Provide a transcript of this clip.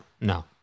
No